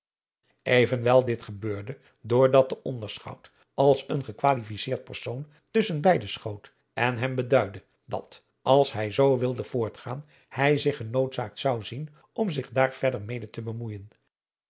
evenwel dit gebeurde door dat de onderschout als een gekwalificeerd persoon tusschen beide schoot en hem beduidde dat als hij zoo wilde voortgaan hij zich genoodzaakt zou zien om zich daar verder mede te bemoeijen